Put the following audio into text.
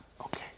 Okay